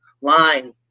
line